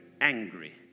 angry